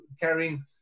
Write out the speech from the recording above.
carrying